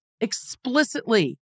explicitly